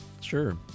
Sure